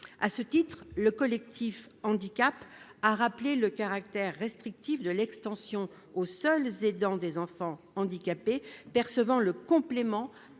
À ce titre, le Collectif Handicaps a rappelé le caractère restrictif de l'extension aux seuls aidants des enfants handicapés percevant le complément